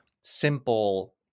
simple